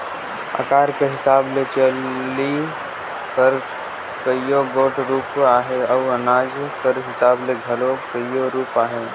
अकार कर हिसाब ले चलनी कर कइयो गोट रूप अहे अउ अनाज कर हिसाब ले घलो कइयो रूप अहे